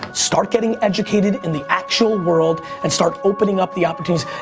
start getting educated in the actual world and start opening up the opportunities.